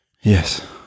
Yes